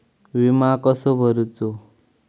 विमा कसो भरूचो?